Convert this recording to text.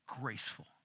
graceful